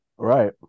Right